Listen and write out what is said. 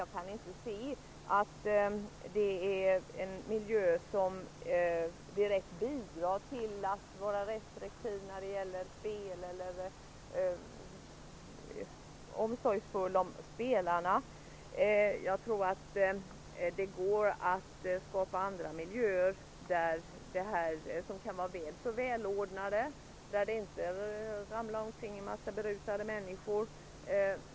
Jag kan inte förstå att den miljön direkt bidrar till att man är restriktiv när det gäller spel eller att detta är uttryck för omsorg om spelarna. Jag tror att det går att skapa andra miljöer som kan vara väl så välordnade, där det inte ramlar omkring en massa berusade människor.